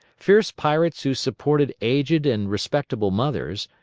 fierce pirates who supported aged and respectable mothers,